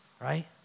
Right